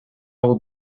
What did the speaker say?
will